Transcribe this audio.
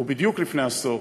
בדיוק לפני עשור,